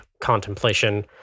contemplation